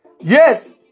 Yes